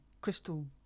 crystal